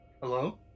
Hello